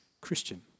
Christian